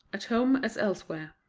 at home as elsewhere.